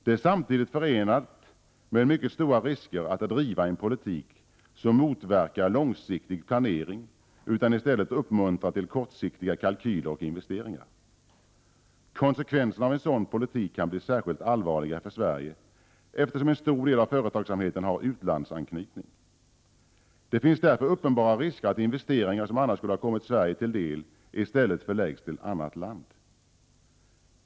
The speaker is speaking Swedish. Det är samtidigt förenat med mycket stora risker att driva en politik som motverkar långsiktig planering utan i stället uppmuntrar till kortsiktiga kalkyler och investeringar. Konsekvenserna av en sådan politik kan bli särskilt allvarliga för Sverige eftersom en stor del av företagsamheten har utlandsanknytning. Det finns därför uppenbara risker att investeringar som annars skulle ha kommit Sverige till del i stället förläggs till annat land.